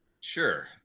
Sure